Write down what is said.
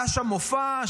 היה שם מופע,